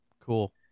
Cool